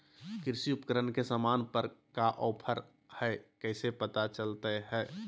कृषि उपकरण के सामान पर का ऑफर हाय कैसे पता चलता हय?